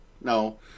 no